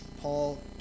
Paul